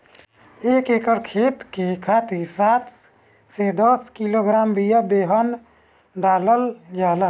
एक एकर खेत के खातिर सात से दस किलोग्राम बिया बेहन डालल जाला?